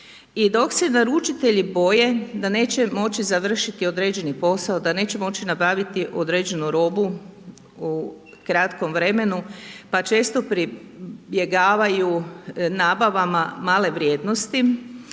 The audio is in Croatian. dok se naručitelji boje da neće moći završiti određeni posao, da neće moći nabaviti određenu robu u kratkom vremenu pa često pribjegavaju nabavama male vrijednosti,